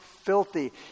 filthy